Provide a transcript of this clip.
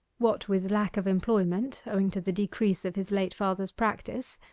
what with lack of employment, owing to the decrease of his late father's practice,